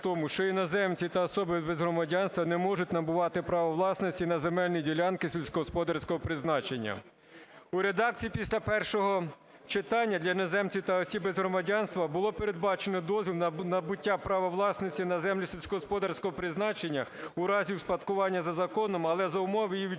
в тому, що іноземці та особи без громадянства не можуть набувати право власності на земельні ділянки сільськогосподарського призначення. У редакції після першого читання для іноземців та осіб без громадянства було передбачено дозвіл на набуття права власності на землі сільськогосподарського призначення у разі успадкування за законом, але за умов її відчуження